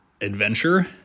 adventure